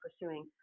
pursuing